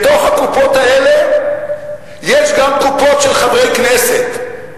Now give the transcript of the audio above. בתוך הקופות האלה יש גם קופות של חברי כנסת.